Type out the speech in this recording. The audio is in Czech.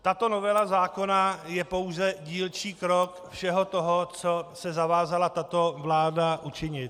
Tato novela zákona je pouze dílčí krok všeho toho, co se zavázala tato vláda učinit.